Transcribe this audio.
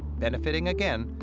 benefiting, again,